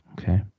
Okay